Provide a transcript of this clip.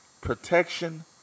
protection